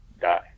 die